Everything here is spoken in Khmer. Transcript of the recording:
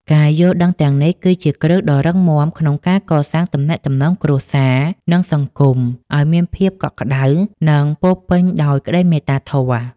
ការយល់ដឹងទាំងនេះ គឺជាគ្រឹះដ៏រឹងមាំក្នុងការកសាងទំនាក់ទំនងគ្រួសារ និងសង្គមឱ្យមានភាពកក់ក្ដៅ និងពោរពេញដោយក្ដីមេត្តាធម៌។